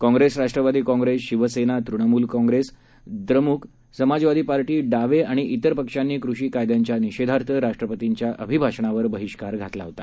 Congress Rashtrawadi Congress Shivsena Trinamool Congress Dramuk Samajwadi party डावे आणि तिर पक्षांनी कृषी कायद्यांच्या निषेधार्थ राष्ट्रपतींच्या अभिभाषणावर बहिष्कार घातला होता